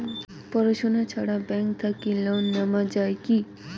পড়াশুনা ছাড়া ব্যাংক থাকি লোন নেওয়া যায় কি?